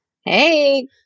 Hey